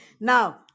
Now